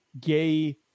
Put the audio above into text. gay